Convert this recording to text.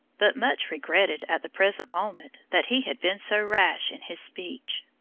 but much regretted at the present moment that he had been so rash in his speech.